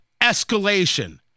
escalation